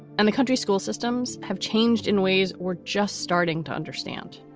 and the country school systems have changed in ways were just starting to understand.